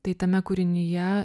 tai tame kūrinyje